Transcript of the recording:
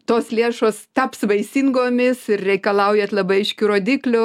tos lėšos taps vaisingomis ir reikalaujat labai aiškių rodiklių